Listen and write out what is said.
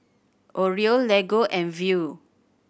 Oreo Lego and Viu